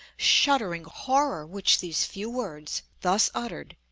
shuddering horror which these few words, thus uttered,